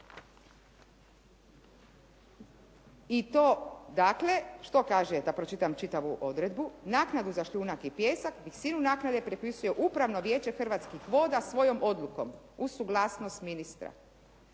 I to dakle, što kaže, da pročitam čitavu odredbu, "naknadu za šljunak i pijesak, visinu naknade propisuje upravno vijeće Hrvatskih voda svojom odlukom uz suglasnost ministra,